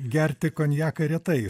gerti konjaką retai